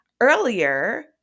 earlier